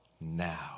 now